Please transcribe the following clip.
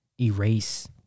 erase